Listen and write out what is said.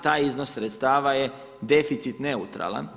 Taj iznos sredstava je deficit neutralan.